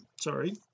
sorry